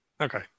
Okay